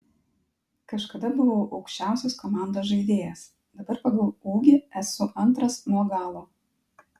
kažkada buvau aukščiausias komandos žaidėjas dabar pagal ūgį esu antras nuo galo